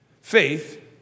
faith